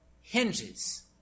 hinges